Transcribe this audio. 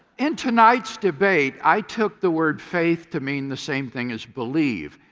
and tonight's debate, i took the word faith to mean the same thing as believe.